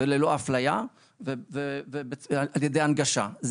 ללא אפליה, ועל ידי הנגשה.